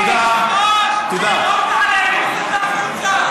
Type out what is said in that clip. תזרוק את הטרוריסט הזה החוצה,